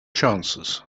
chances